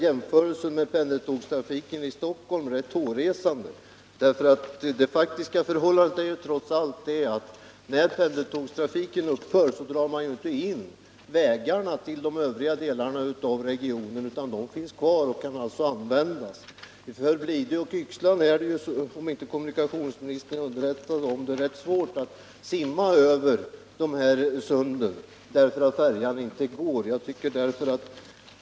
Jämförelsen med pendeltågstrafiken i Stockholm är också hårresande. När pendeltågstrafiken upphör drar man ju inte in vägarna till de övriga delarna av regionen, utan de finns kvar och kan användas. Men de som bor på Blidö och Yxlan kan, om kommunikationsministern inte är underrättad om det, inte gärna simma över sundet när färjan inte går.